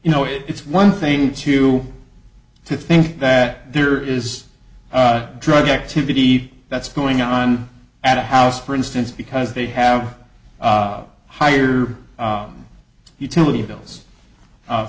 you know it's one thing to to think that there is drug activity that's going on at a house for instance because they have higher utility bills